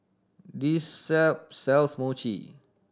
this s sells Mochi